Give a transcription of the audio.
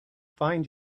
find